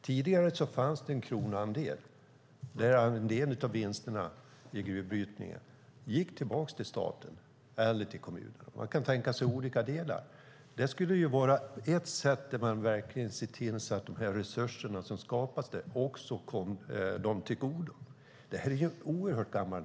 Tidigare fanns en kronoandel där en del av vinsten från gruvbrytningen gick tillbaka till staten eller kommunerna. Man kan tänka sig olika lösningar. Det skulle vara ett sätt att verkligen se till att de resurser som skapas kommer dem till godo. Den lagstiftningen är oerhört gammal.